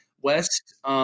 West